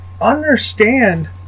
understand